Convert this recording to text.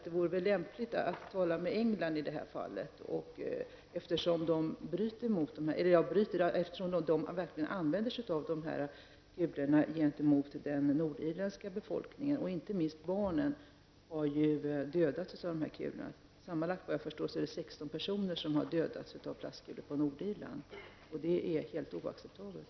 Det vore lämpligt att ta upp frågan med England, eftersom den engelska armén använder plastkulor mot den nordirländska befolkningen. Inte minst barn har dödats av sådana kulor. Sammanlagt är det 16 personer på Nordirland som har dödats av plastkulor, och det är helt oacceptabelt.